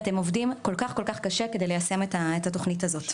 באמת עובדים כל כך קשה כדי ליישם את התוכנית הזו.